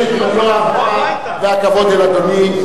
יש לי מלוא ההערכה והכבוד אל אדוני,